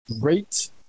great